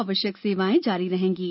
आवश्यक सेवाएं जारी रहेगीं